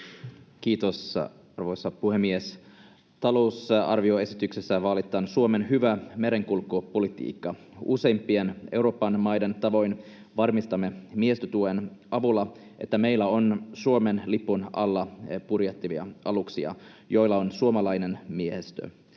Kiitos, arvoisa puhemies! Talousarvioesityksessä vaalitaan Suomen hyvää merenkulkupolitiikkaa. Useimpien Euroopan maiden tavoin varmistamme miehistötuen avulla, että meillä on Suomen lipun alla purjehtivia aluksia, joilla on suomalainen miehistö.